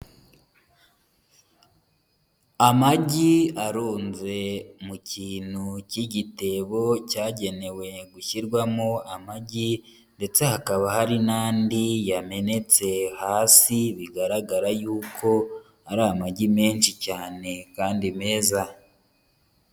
Amagi aronze mu kintu cy'igitebo cyagenewe gushyirwamo amagi ndetse hakaba hari n'andi yamenetse hasi, bigaragara yuko ari amagi menshi cyane kandi meza.